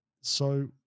So-